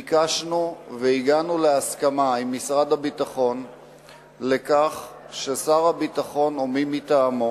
ביקשנו והגענו למסקנה עם משרד הביטחון ששר הביטחון או מי מטעמו